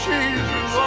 Jesus